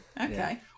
Okay